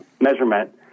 measurement